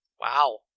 Wow